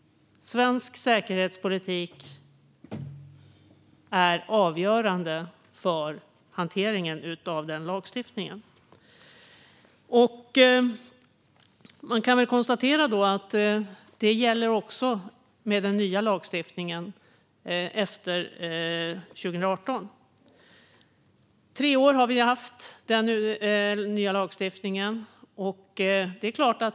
Svensk säkerhetspolitik är avgörande för hanteringen av den lagstiftningen. Det gäller också den nya lagstiftning som gäller efter 2018 och som vi har haft i tre år.